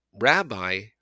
rabbi